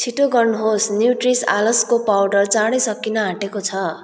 छिटो गर्नुहोस् न्युट्रिविस आलसको पाउडर चाँडै सकिन आँटेको छ